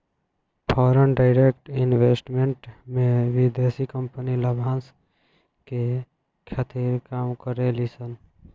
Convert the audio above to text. foreign direct investment में विदेशी company लाभांस के खातिर काम करे ली सन